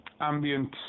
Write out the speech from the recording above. ambient